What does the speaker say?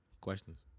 Questions